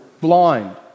blind